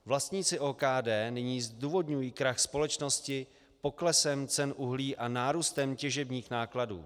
Vlastníci OKD nyní zdůvodňují krach společnosti poklesem cen uhlí a nárůstem těžebních nákladů.